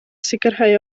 sicrhau